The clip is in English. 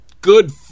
Good